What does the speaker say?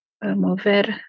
mover